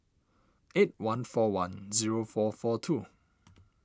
eight one four one zero four four two